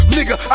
Nigga